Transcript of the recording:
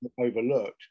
overlooked